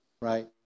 right